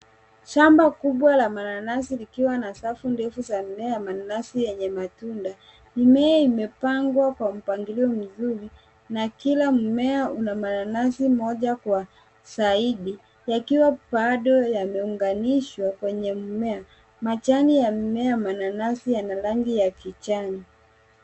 Shamba kubwa la mananasi likiwa na safu ndefu za mimea ya mananasi yenye matunda. Mimea imepangwa kwa mpangilio mzuri, na kila mmea una mananasi moja kwa zaidi. Yakiwa bado yameunganishwa kwenye mmea. Majani ya mimea ya mananasi yana rangi ya kijani.